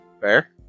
Fair